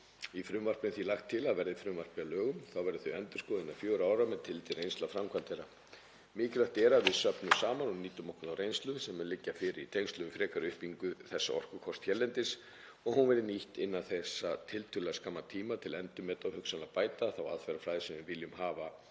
Í frumvarpinu er því lagt til að verði frumvarpið að lögum verði þau endurskoðuð innan fjögurra ára með tilliti til reynslu af framkvæmd þeirra. Mikilvægt er að við söfnum saman og nýtum okkur þá reynslu sem mun liggja fyrir í tengslum við frekari uppbyggingu þessa orkukosts hérlendis og hún verði nýtt innan þessa tiltölulega skamma tíma til að endurmeta og hugsanlega bæta þá aðferðafræði sem við viljum hafa